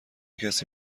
کسی